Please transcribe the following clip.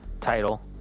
title